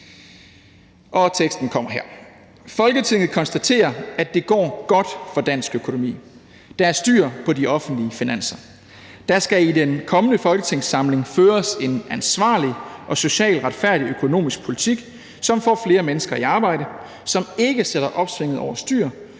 »Folketinget konstaterer, at det går godt for dansk økonomi, og at der er styr på de offentlige finanser. Der skal i den kommende folketingssamling føres en ansvarlig og socialt retfærdig økonomisk politik, som får flere mennesker i arbejde, som ikke sætter opsvinget over styr,